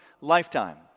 lifetime